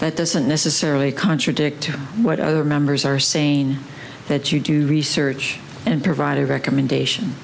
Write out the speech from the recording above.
that doesn't necessarily contradict what other members are saying that you do research and provide a recommendation